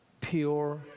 pure